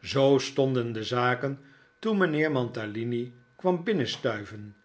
zoo stonden de zaken toen mijnheer mantalini kwam binnenstuiven